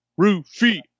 Rufi